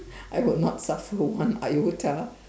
I would not suffer one iota